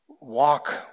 walk